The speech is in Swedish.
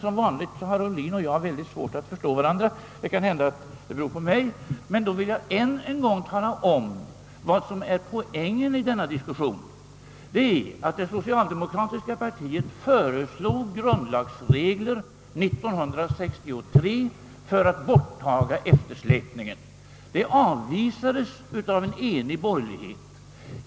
Som vanligt har herr Ohlin och jag mycket svårt att förstå varandra — det kanske beror på mig — och jag vill därför än en gång tala om att poängen i diskussionen är att det socialdemokratiska partiet 1963 föreslog en grundlagsregel som skulle eliminera eftersläpningen i första kammaren. Det förslaget avvisades av en enig borgerlighet.